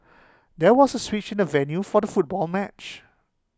there was A switch in the venue for the football match